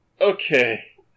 Okay